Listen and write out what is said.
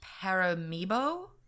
Paramibo